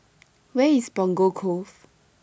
Where IS Punggol Cove